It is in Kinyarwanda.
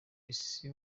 isi